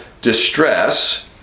distress